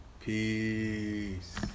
Peace